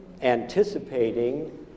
anticipating